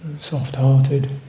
soft-hearted